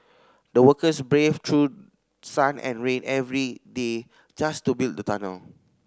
the workers braved through sun and rain every day just to build the tunnel